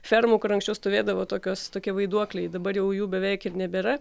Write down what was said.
fermų kur anksčiau stovėdavo tokios tokie vaiduokliai dabar jau jų beveik ir nebėra